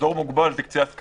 שאזור מוגבל הוא קצה הסקלה,